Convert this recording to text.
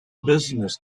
business